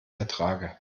ertrage